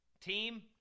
Team